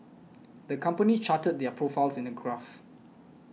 the company charted their profits in a graph